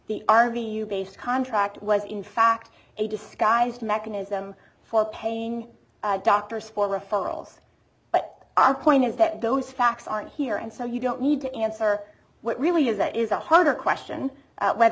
the r v you based contract was in fact a disguised mechanism for paying doctors for referrals but our point is that those facts aren't here and so you don't need to answer what really is that is a harder question